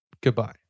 Goodbye